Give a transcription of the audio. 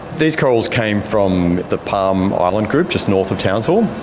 these corals came from the palm island group just north of townsville.